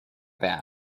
bag